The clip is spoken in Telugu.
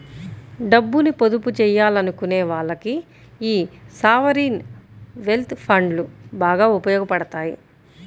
డబ్బుని పొదుపు చెయ్యాలనుకునే వాళ్ళకి యీ సావరీన్ వెల్త్ ఫండ్లు బాగా ఉపయోగాపడతాయి